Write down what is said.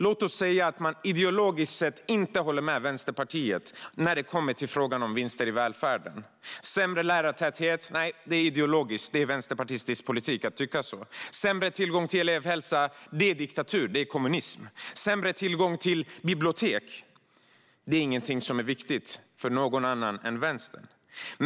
Låt oss säga att man ideologiskt sett inte håller med Vänsterpartiet i frågan om vinster i välfärden. Sämre lärartäthet - nej, det är ideologiskt. Det är vänsterpartistisk politik att tycka så. Sämre tillgång till elevhälsa - det är diktatur; det är kommunism. Sämre tillgång till bibliotek - det är inget som är viktigt för någon annan än vänstern.